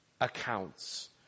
accounts